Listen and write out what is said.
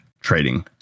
trading